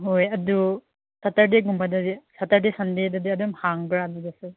ꯍꯣꯏ ꯑꯗꯨ ꯁꯦꯇꯔꯗꯦꯒꯨꯝꯕꯗꯗꯤ ꯁꯦꯇꯔꯗꯦ ꯁꯟꯗꯦꯗꯗꯤ ꯑꯗꯨꯝ ꯍꯥꯡꯕ꯭ꯔꯥ ꯑꯗꯨꯗꯁꯨ